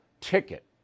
ticket